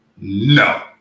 No